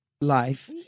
life